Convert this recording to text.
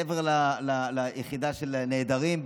מעבר ליחידה של הנעדרים?